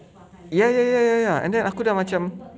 ya ya ya ya ya and then aku dah macam